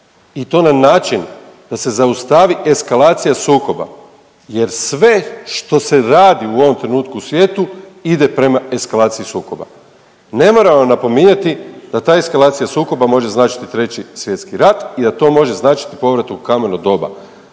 i to na način da se zaustavi eskalacija sukoba jer sve što se radi u ovom trenutku u svijetu ide prema eskalaciji sukoba. Ne moram vam napominjati da ta eskalacija sukoba može značiti 3. svjetski rat i da to može značiti povrat u kameno doba.